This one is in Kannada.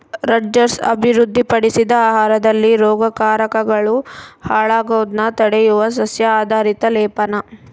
ರಟ್ಜರ್ಸ್ ಅಭಿವೃದ್ಧಿಪಡಿಸಿದ ಆಹಾರದಲ್ಲಿ ರೋಗಕಾರಕಗಳು ಹಾಳಾಗೋದ್ನ ತಡೆಯುವ ಸಸ್ಯ ಆಧಾರಿತ ಲೇಪನ